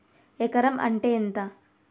ఎకరం అంటే ఎంత?